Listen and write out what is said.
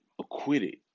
acquitted